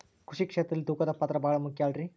ಕೃಷಿ ಕ್ಷೇತ್ರದಲ್ಲಿ ತೂಕದ ಪಾತ್ರ ಬಹಳ ಮುಖ್ಯ ಅಲ್ರಿ?